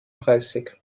dreißig